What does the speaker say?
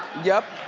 yep.